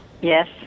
Yes